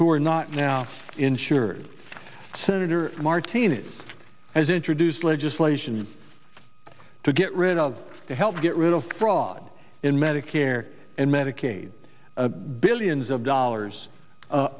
who are not now insured senator martina's has introduced legislation to get rid of to help get rid of fraud in medicare and medicaid billions of dollars